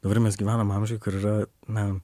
dabar mes gyvenam amžiuj kur yra na